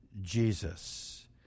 Jesus